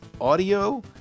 audio